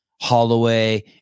Holloway